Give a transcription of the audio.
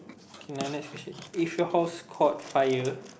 okay my next question if your house caught fire